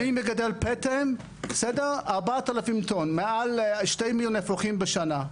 אני מגדל פטל, 4,000 טון, 2 מיליון אפרוחים בשנה.